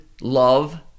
love